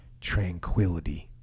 tranquility